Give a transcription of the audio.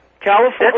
California